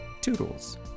toodles